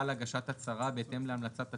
להגשת הצהרה בלבד בהתאם להמלצת הצוות"